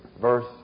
verse